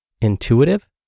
Intuitive